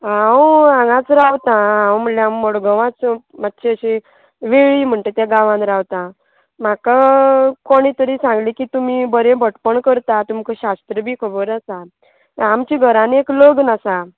हांव हांगाच रावता हांव म्हणल्यार मडगांवाच मातशी अशी वेळी म्हणटा त्या गांवान रावता म्हाका कोणी तरी सांगलें की तुमी बरें भटपण करता तुमकां शास्त्र बी खबर आसा आमच्या घरान एक लग्न आसा